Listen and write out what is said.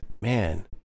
Man